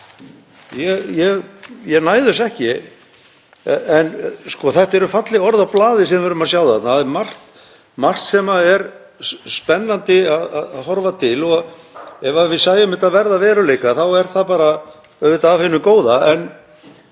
Ég næ þessu ekki, en þetta eru falleg orð á blaði sem við sjáum hér. Það er margt sem er spennandi að horfa til og ef við sæjum þetta verða að veruleika er það auðvitað af hinu góða. En